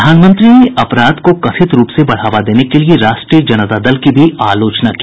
प्रधानमंत्री ने अपराध को कथित रूप से बढ़ावा देने के लिए राष्ट्रीय जनता दल की भी आलोचना की